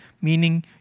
meaning